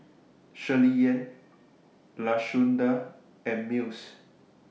Shirleyann Lashunda and Mills